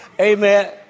amen